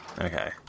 Okay